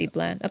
Plan